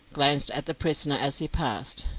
glanced at the prisoner as he passed,